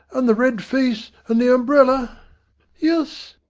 and the red face, and the umbrella yus.